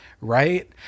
right